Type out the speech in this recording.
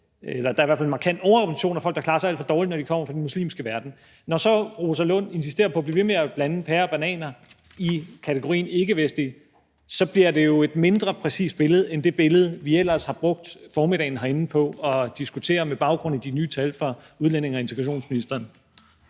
Men der er en markant overrepræsentation af folk, der klarer sig alt for dårligt, når der er folk, der kommer fra den muslimske verden. Når så fru Rosa Lund insisterer på at blive ved med at blande pærer og bananer i kategorien ikkevestlige, så bliver det jo et mindre præcist billede end det billede, vi ellers har brugt formiddagen herinde på at diskutere med baggrund i de nye tal fra udlændinge- og integrationsministeren.